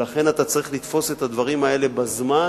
ולכן אתה צריך לתפוס את הדברים האלה בזמן.